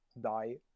die